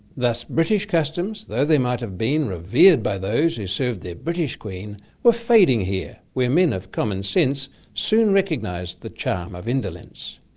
thus british customs, though they might have been revered by those who served their british queen were fading here, where men of common sense soon recognised the charm of indolence.